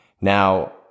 Now